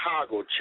Chicago